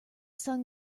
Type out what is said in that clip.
sun